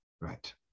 Right